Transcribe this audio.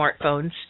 smartphones